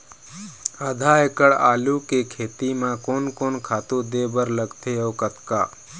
आधा एकड़ आलू के खेती म कोन कोन खातू दे बर लगथे अऊ कतका?